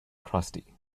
crusty